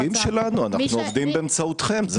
אתם נציגים שלנו, אנחנו עובדים באמצעותכם.